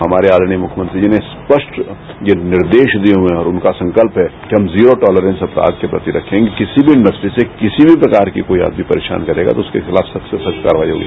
हमारे आदरणीय मुख्यमंत्री जी ने स्पष्ट निर्देश रिये हुए है और उनका संकल्प है कि हम जीरा टॉलेंस के प्रति रखेंगे किसी मी प्रकार की कोई आदमी परेशान करेगा तो उसके खिलाफ सख्त से सख्त कार्रवाई होगी